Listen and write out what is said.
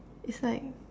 it's like